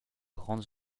grandes